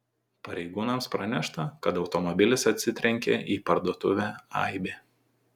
pareigūnams pranešta kad automobilis atsitrenkė į parduotuvę aibė